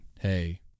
hey